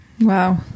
Wow